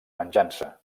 venjança